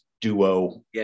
duo